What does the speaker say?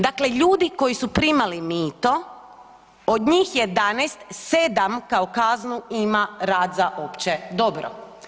Dakle, ljudi koji su primali mito od njih 11, 7 kao kaznu ima rad za opće dobro.